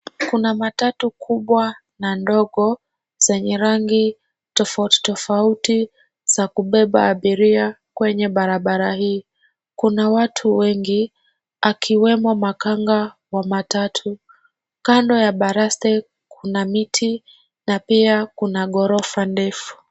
Kuna matatu kubwa na ndogo zenye rangi tofauti tofauti za kubeba abiria kwenye barabara hii. Kuna watu wengi akiwemo makanga wa matatu. Kando ya baraste kuna miti na pia kuna ghorofa ndefu.